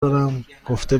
دارمگفته